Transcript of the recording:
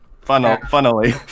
Funnily